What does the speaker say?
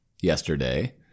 yesterday